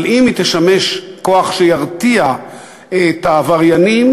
אבל אם היא תשמש כוח שירתיע את העבריינים,